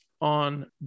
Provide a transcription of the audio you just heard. on